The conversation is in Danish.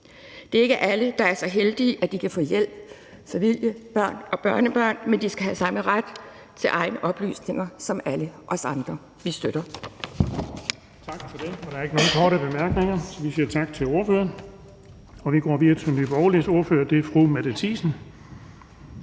Det er ikke alle, der er så heldige, at de kan få hjælp af familie, børn og børnebørn, men de skal have samme ret til egne oplysninger som alle os andre. Vi støtter